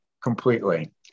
completely